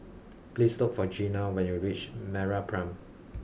please look for Gina when you reach MeraPrime